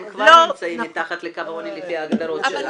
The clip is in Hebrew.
הם כבר נמצאים מתחת לקו העוני לפי ההגדרות שלנו.